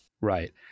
Right